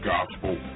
Gospel